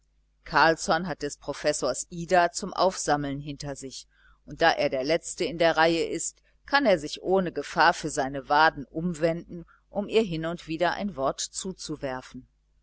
carlsson hat des professors ida zum aufsammeln hinter sich und da er der letzte in der reihe ist kann er sich ohne gefahr für seine waden umwenden um ihr hin und wieder ein wort zuzuwerfen